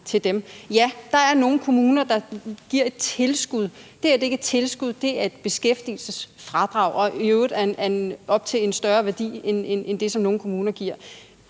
Ja, der er nogle kommuner, der giver et tilskud. Det her er ikke et tilskud, det er et beskæftigelsesfradrag og i øvrigt op til en større værdi end det, nogle kommuner giver